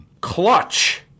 Clutch